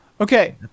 Okay